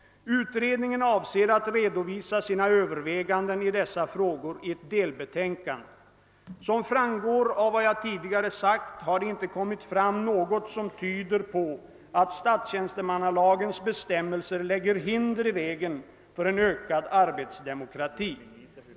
Utredningen avser att redovisa sina överväganden i dessa frågor i ett delbetänkande. Som framgår av vad jag tidigare sagt har det inte kommit fram något som tyder på att statstjänstemannalagens «bestämmelser lägger hinder i vägen för en ökad arbetsdemokrati.